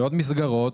מעוד מסגרות,